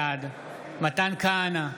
בעד מתן כהנא,